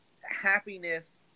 happiness